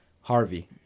Harvey